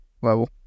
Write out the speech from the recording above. level